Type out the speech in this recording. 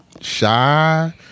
shy